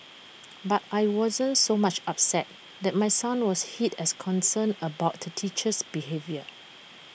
but I wasn't so much upset that my son was hit as concerned about the teacher's behaviour